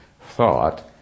thought